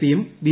പിയും ബി